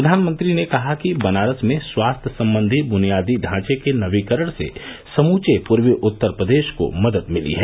प्रधानमंत्री ने कहा कि बनारस में स्वास्थ्य संबंधी बुनियादी ढांचे के नवीकरण से समूचे पूर्वी उत्तर प्रदेश को मदद मिली है